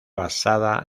basada